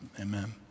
Amen